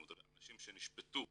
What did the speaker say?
אנשים שנשפטו,